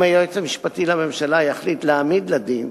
אם היועץ המשפטי לממשלה יחליט להעמיד לדין,